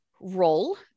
role